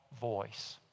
voice